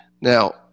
Now